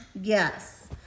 Yes